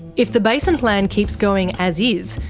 if the basin plan keeps going as is,